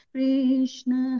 Krishna